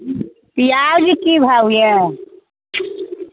पिआज की भाव यऽ